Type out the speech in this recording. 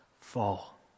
fall